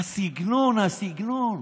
הסגנון, הסגנון.